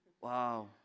Wow